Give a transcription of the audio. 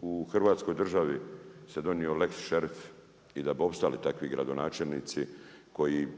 u Hrvatskoj državi se donio lex šerif i da bi opstali takvi gradonačelnici koji